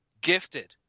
gifted